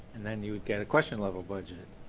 and then you get a question level budget.